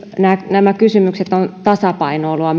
nämä kysymykset ovat tasapainoilua